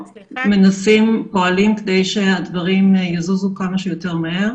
מנסים ופועלים כדי שהדברים יזוזו כמה שיותר מהר.